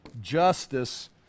justice